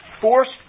forced